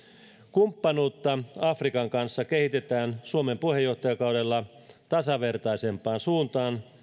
kumppanuutta afrikan kanssa kehitetään suomen puheenjohtajakaudella tasavertaisempaan suuntaan